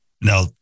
now